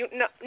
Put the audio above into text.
no